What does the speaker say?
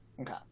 okay